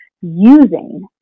using